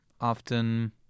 often